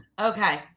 Okay